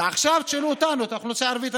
ועכשיו תשאלו אותנו, את האוכלוסייה הערבית.